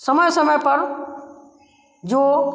समय समय पर जो